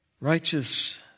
righteous